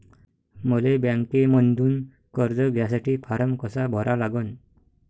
मले बँकेमंधून कर्ज घ्यासाठी फारम कसा भरा लागन?